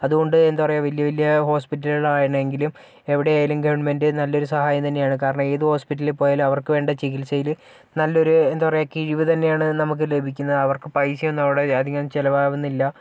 അതുകൊണ്ട് എന്താ പറയുക വലിയ വലിയ ഹോസ്പിറ്റലുകളിലാണെങ്കിലും എവിടെയായാലും ഗവൺമെൻറ് നല്ലൊരു സഹായം തന്നെയാണ് കാരണം ഏതു ഹോസ്പിറ്റലിൽ പോയാലും അവർക്ക് വേണ്ട ചികിത്സയില് നല്ലൊരു കിഴിവ് തന്നെയാണ് നമുക്ക് ലഭിക്കുന്നത് അവർക്ക് പൈസയൊന്നും അവിടെ അധികം ചിലവാകുന്നില്ല